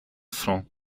francs